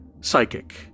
Psychic